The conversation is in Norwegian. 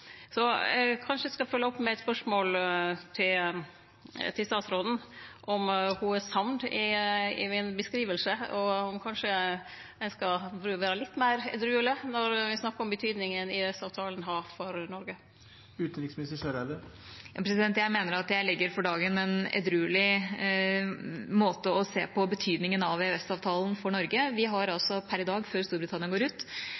Så kanskje eg skal følgje opp med eit spørsmål til utanriksministeren om ho er samd i beskrivinga mi, og om ein kanskje burde vere litt meir edrueleg når ein snakkar om betydinga EØS-avtalen har for Noreg. Jeg mener at jeg legger for dagen en edruelig måte å se på betydningen av EØS-avtalen for Norge på. Vi har per i dag, før Storbritannia går ut,